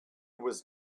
was